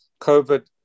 covid